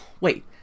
wait